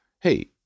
hey